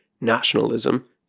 nationalism